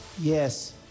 Yes